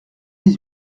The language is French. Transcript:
dix